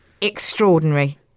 extraordinary